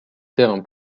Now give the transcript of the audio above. terrain